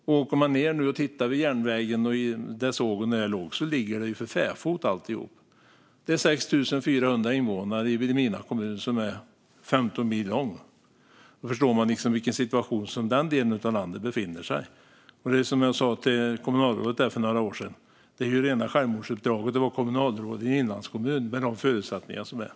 Om man åker ned nu och tittar vid järnvägen, där sågen låg, ser man att alltihop ligger för fäfot. Det är 6 400 invånare i Vilhelmina kommun, som är 15 mil lång. Då förstår man vilken situation den delen av landet befinner sig i. Det är som jag sa till kommunalrådet där för några år sedan: Det är rena självmordsuppdraget att vara kommunalråd i en inlandskommun med tanke på de förutsättningar som råder.